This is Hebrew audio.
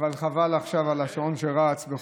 אבל חבל עכשיו על השעון שרץ.